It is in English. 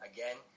Again